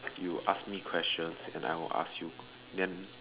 you ask me question and I will ask you then